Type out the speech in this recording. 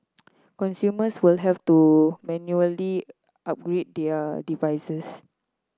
consumers will have to manually upgrade their devices